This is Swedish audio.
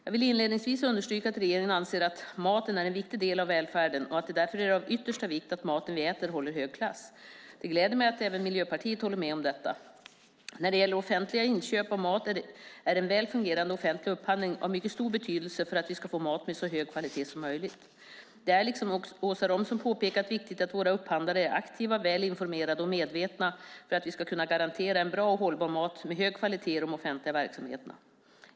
Jag vill inledningsvis understryka att regeringen anser att maten är en viktig del av välfärden och att det därför är av yttersta vikt att maten vi äter håller hög klass. Det gläder mig att även Miljöpartiet håller med om detta. När det gäller offentliga inköp av mat är en väl fungerande offentlig upphandling av mycket stor betydelse för att vi ska få mat med så hög kvalitet som möjligt. Det är, liksom Åsa Romson påpekat, viktigt att våra upphandlare är aktiva, väl informerade och medvetna för att vi ska kunna garantera en bra och hållbar mat med hög kvalitet i de offentliga verksamheterna.